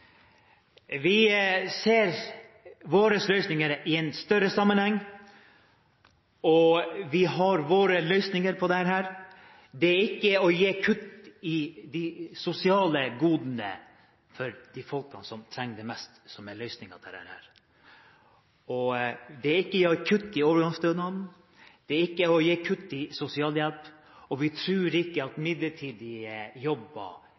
Vi ser våre løsninger i en større sammenheng. Vi har våre løsninger på dette, og det å kutte i de sosiale godene til de folkene som trenger dem mest, er ikke løsningen på dette. Løsningen er heller ikke å kutte i overgangsstønaden, kutte i sosialhjelpen, og vi tror ikke at midlertidige jobber er det sikreste. Det er usikkert, og det er ikke